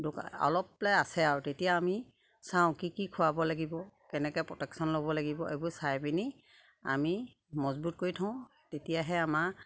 অলপ বোলে আছে আৰু তেতিয়া আমি চাওঁ কি কি খুৱাব লাগিব কেনেকে প্ৰটেকশ্যন ল'ব লাগিব এইবোৰ চাই পিনি আমি মজবুত কৰি থওঁ তেতিয়াহে আমাৰ